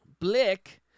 Blick